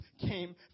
came